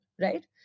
right